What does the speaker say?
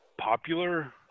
popular